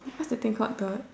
what's that thing called the